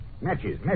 matches